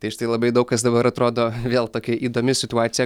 tai štai labai daug kas dabar atrodo vėl tokia įdomi situacija